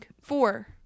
four